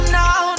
now